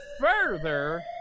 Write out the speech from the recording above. further